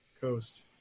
coast